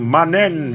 Manen